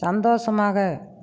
சந்தோஷமாக